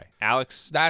Alex